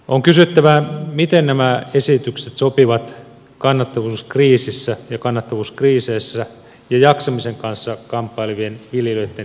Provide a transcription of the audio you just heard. on kysyttävä miten nämä esitykset sopivat kannattavuuskriiseissä ja jaksamisen kanssa kamppailevien viljelijöitten tilanteeseen